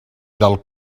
del